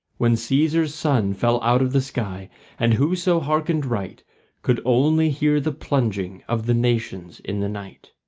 when caesar's sun fell out of the sky and whoso hearkened right could only hear the plunging of the nations in the night.